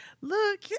look